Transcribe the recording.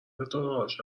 ستارههاش